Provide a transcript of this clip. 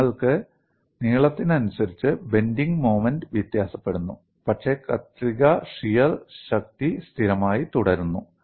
നിങ്ങൾക്ക് നീളത്തിനനുസരിച്ച് bending moment വ്യത്യാസപ്പെടുന്നു പക്ഷേ കത്രിക ഷിയർ ശക്തി സ്ഥിരമായി തുടരുന്നു